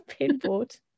pinboard